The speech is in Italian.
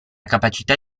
capacità